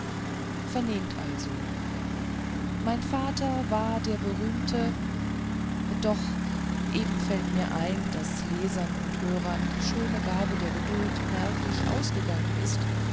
vernehmt also mein vater war der berühmte doch eben fällt mir ein daß lesern und hörern die schöne gabe der geduld merklich ausgegangen ist